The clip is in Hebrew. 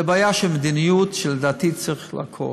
זאת בעיה של מדיניות שלדעתי צריך לעקור.